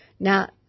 Now